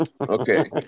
Okay